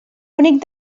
bonic